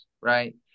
right